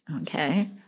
Okay